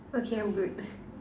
okay I'm good